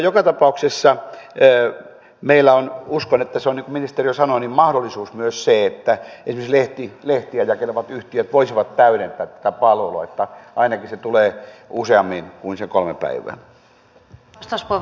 joka tapauksessa meillä on uskon että se on niin kuin ministeri jo sanoi mahdollisuus myös se että esimerkiksi lehtiä jakelevat yhtiöt voisivat täydentää tätä palvelua että ainakin se tulee useammin kuin sen kolme päivää